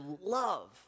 love